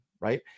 Right